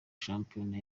shampiyona